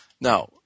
Now